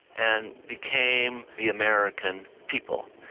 and became the american people.